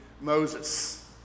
Moses